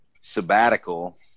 sabbatical